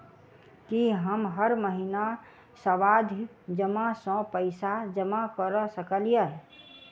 की हम हर महीना सावधि जमा सँ पैसा जमा करऽ सकलिये?